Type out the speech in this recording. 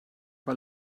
war